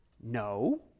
no